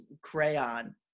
crayon